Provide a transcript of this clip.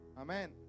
Amen